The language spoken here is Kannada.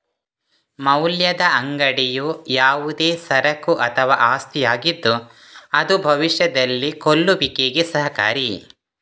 ಮೌಲ್ಯದ ಅಂಗಡಿಯು ಯಾವುದೇ ಸರಕು ಅಥವಾ ಆಸ್ತಿಯಾಗಿದ್ದು ಅದು ಭವಿಷ್ಯದಲ್ಲಿ ಕೊಳ್ಳುವಿಕೆಗೆ ಸಹಕಾರಿ